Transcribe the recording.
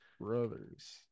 brothers